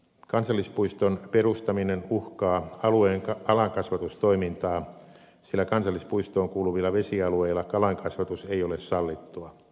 kansallispuiston perustaminen uhkaa alueen kalankasvatustoimintaa sillä kansallispuistoon kuuluvilla vesialueilla kalankasvatus ei ole sallittua